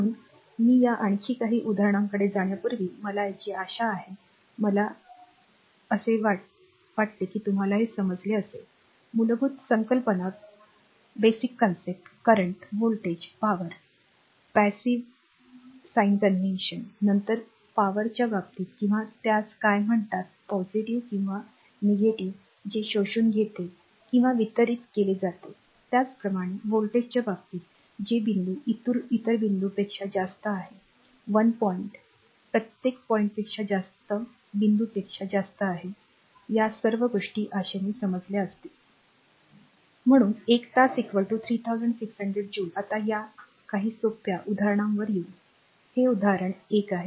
म्हणून मी या आणखी काही उदाहरणांकडे जाण्यापूर्वीच मला याची आशा आहे मला आशा आहे की हे समजले असेल मूलभूत संकल्पना current व्होल्टेज पी किंवा passive निष्क्रीय साइन कन्व्हेन्शन आणि नंतर पीच्या बाबतीत किंवा त्यास काय म्हणतात किंवा जे शोषून घेते किंवा वितरित केले जाते त्याचप्रमाणे व्होल्टेजच्या बाबतीत जे बिंदू इतर बिंदूपेक्षा जास्त आहे 1 पॉइंट प्रत्येक पॉईंटपेक्षा जास्त बिंदूपेक्षा जास्त आहे या सर्व गोष्टी आशेने समजल्या असतील म्हणून एक तास 3600 जूल आता त्या काही सोप्या उदाहरणांवर येऊ हे उदाहरण 1 आहे